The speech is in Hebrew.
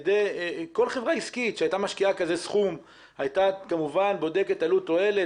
כל חברה עסקית שהייתה משקיעה כזה סכום הייתה כמובן בודקת עלות-תועלת,